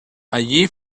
allí